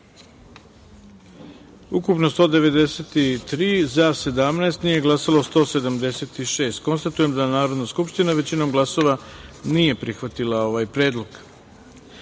glasalo 193, za – 17, nije glasalo – 176.Konstatujem da Narodna skupština, većinom glasova, nije prihvatila ovaj predlog. Pošto